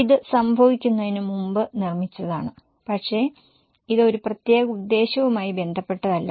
ഇത് സംഭവിക്കുന്നതിന് മുമ്പ് നിർമ്മിച്ചതാണ് പക്ഷേ ഇത് ഒരു പ്രത്യേക ഉദ്ദേശ്യവുമായി ബന്ധപ്പെട്ടതല്ല